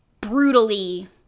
brutally